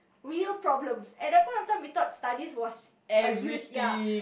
real problems at that point of time we thought studies was a huge ya